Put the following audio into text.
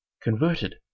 Converted